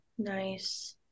Nice